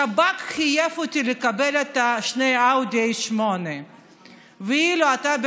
שב"כ חייב אותי לקבל את שני רכבי אאודי A8. אילו אתה,